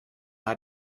hat